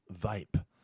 vape